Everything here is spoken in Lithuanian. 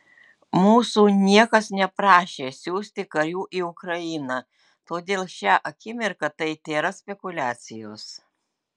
mūsų niekas neprašė siųsti karių į ukrainą todėl šią akimirką tai tėra spekuliacijos